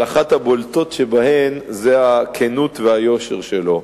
אבל אחת הבולטות שבהן זה הכנות והיושר שלו.